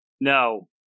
No